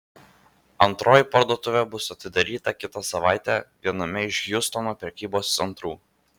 antroji parduotuvė bus atidaryta kitą savaitę viename iš hjustono prekybos centrų